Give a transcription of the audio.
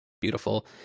beautiful